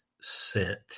sent